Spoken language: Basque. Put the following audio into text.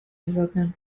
dezaten